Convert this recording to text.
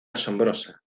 asombrosa